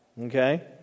Okay